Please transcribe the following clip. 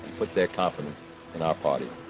put their confidence in our party.